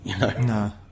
No